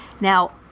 Now